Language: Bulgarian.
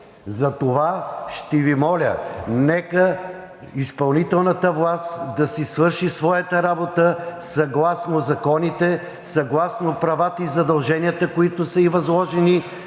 Затова ще Ви моля, нека изпълнителната власт да си свърши своята работа съгласно законите, съгласно правата и задълженията, които са ѝ възложени,